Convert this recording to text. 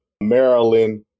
Maryland